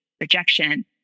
rejection